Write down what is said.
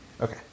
Okay